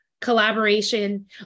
collaboration